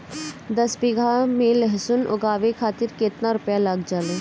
दस बीघा में लहसुन उगावे खातिर केतना रुपया लग जाले?